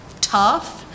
Tough